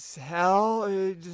hell